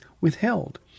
withheld